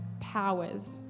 powers